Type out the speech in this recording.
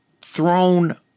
thrown